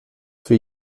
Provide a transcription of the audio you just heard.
für